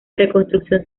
reconstrucción